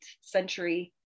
century